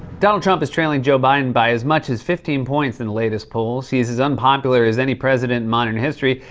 donald trump is trailing joe biden by as much as fifteen points in the latest polls. he is as unpopular as any president in modern history,